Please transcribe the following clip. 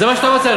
זה מה שאתה רוצה?